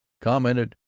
commented,